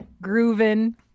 grooving